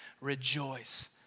Rejoice